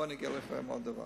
בואו אני אגלה לכם עוד דבר.